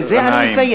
בזה אני מסיים.